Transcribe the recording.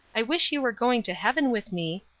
i wish you were going to heaven with me,